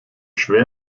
schwer